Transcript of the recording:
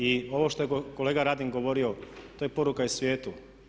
I ovo što je kolega Radin govorio to je poruka i svijetu.